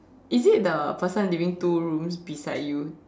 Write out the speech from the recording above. is it the person living two rooms beside you